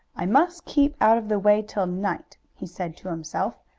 i must keep out of the way till night, he said to himself.